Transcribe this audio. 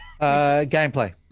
Gameplay